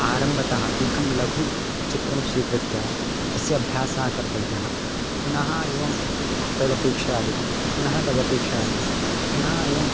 आरम्भतः एकं लघुचित्रं स्वीकृत्य तस्य अभ्यासः कर्तव्यः पुनः एवं तदपेक्षया अधिकं पुनः तदपेक्षयाधिकं पुनः एवं